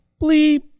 Bleep